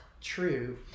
true